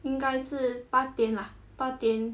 应该是八点 lah 八点